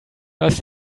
das